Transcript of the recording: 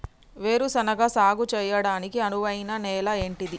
వేరు శనగ సాగు చేయడానికి అనువైన నేల ఏంటిది?